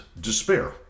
despair